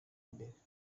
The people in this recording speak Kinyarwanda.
mbere